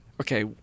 okay